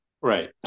Right